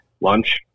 lunch